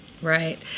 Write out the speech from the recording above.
Right